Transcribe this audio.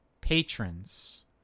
patrons